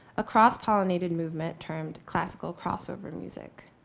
a cross-pollinated movement termed classical crossover music.